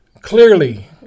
clearly